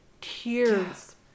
tears